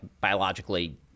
biologically